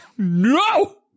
no